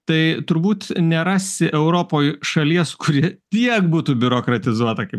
tai turbūt nerasi europoj šalies kuri tiek būtų biurokratizuota kaip